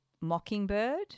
Mockingbird